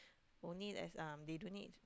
only as um they don't need